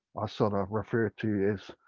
i sort of refer to as,